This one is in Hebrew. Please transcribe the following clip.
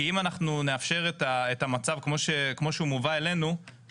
כי אם אנחנו נאפשר את המצב כמו שהוא מובא אלינו,